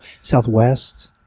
Southwest